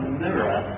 mirror